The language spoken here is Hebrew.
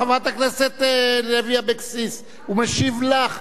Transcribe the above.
חברת הכנסת לוי אבקסיס, הוא משיב לך.